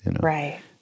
right